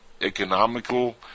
economical